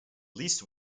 least